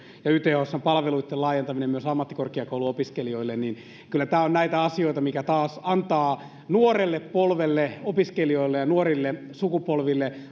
ja ythsn palveluitten laajentaminen myös ammattikorkeakouluopiskelijoille on niitä asioita mitkä taas antavat nuorelle polvelle opiskelijoille ja nuorille sukupolville